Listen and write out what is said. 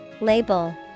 Label